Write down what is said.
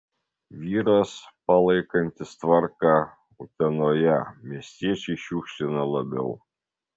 vyras palaikantis tvarką utenoje miestiečiai šiukšlina labiau